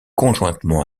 conjointement